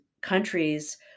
countries